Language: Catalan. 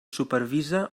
supervisa